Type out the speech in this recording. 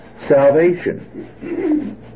salvation